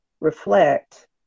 reflect